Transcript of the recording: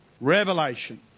revelation